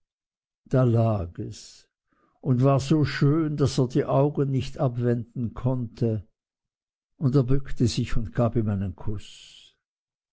da lag es und war so schön daß er die augen nicht abwenden konnte und er bückte sich und gab ihm einen kuß